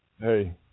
Hey